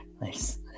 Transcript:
nice